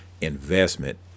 investment